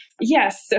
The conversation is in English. Yes